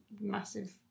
massive